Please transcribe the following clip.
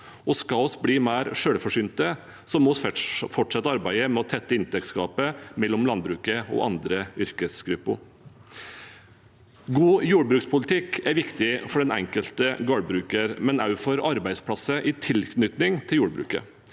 skal vi bli mer selvforsynte, må vi fortsette arbeidet med å tette inntektsgapet mellom landbruket og andre yrkesgrupper. God jordbrukspolitikk er viktig for den enkelte gardbruker, men også for arbeidsplasser i tilknytning til jordbruket.